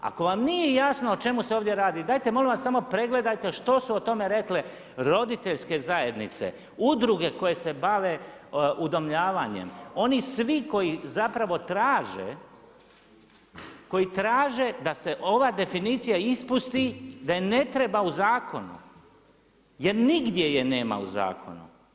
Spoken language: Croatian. Ako vam nije jasno o čemu se ovdje radi, dajte molim vas samo pregledajte što su o tome rekle roditeljske zajednice, udruge koje se bave udomljavanjem, oni svi koji traže da se ova definicija ispusti, da je ne treba u zakonu jer nigdje je nema u zakonu.